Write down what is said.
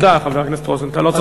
תודה, חבר הכנסת רוזנטל, לא צריך.